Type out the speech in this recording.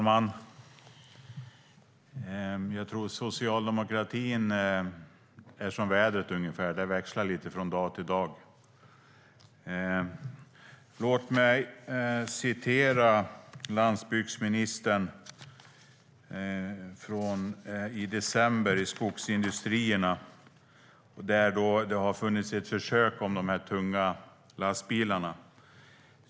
Fru talman! Socialdemokratin är ungefär som vädret - det växlar lite från dag till dag. Låt mig citera landsbygdsministern, från Skogsindustrierna i december. Det har funnits ett försök med tunga lastbilar.